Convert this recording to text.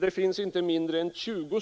Det finns inte mindre än 20